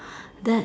that